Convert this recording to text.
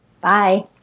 Bye